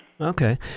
Okay